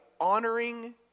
honoring